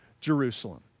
Jerusalem